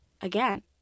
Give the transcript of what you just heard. again